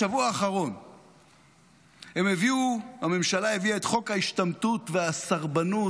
בשבוע האחרון הממשלה הביאה את חוק ההשתמטות והסרבנות.